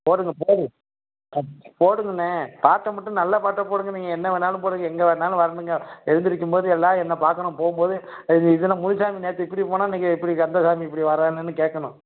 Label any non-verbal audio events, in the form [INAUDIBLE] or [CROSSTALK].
போடுங்க போடு [UNINTELLIGIBLE] போடுங்கண்ணே பாட்டை மட்டும் நல்ல பாட்டாக போடுங்க நீங்கள் என்ன வேணாலும் போடுங்கள் எங்கே வேணாலும் வரணுங்க எழுந்திரிக்கும் போது எல்லோரும் என்னை பார்க்கணும் போகும் போது இது இதென்ன முனுசாமி நேற்று இப்படி போனான் இன்றைக்கி இப்படி கந்தசாமி இப்படி வர்றானேன்னு கேட்கணும்